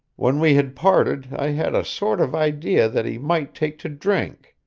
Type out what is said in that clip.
when we had parted i had a sort of idea that he might take to drink,